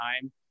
time